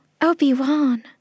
obi-wan